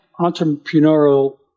entrepreneurial